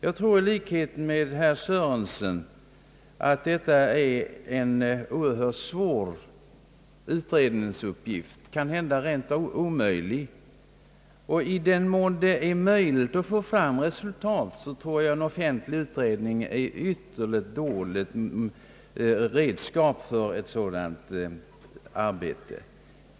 Jag tror, i likhet med herr Sörenson, att detta är en oerhört svår utredningsuppgift, kanhända rent av omöjlig. I den mån det över huvud taget är möjligt att få fram resultat, tror jag att en offentlig utredning är ett utomordentligt dåligt redskap för ett sådant arbete.